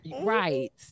Right